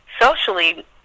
Socially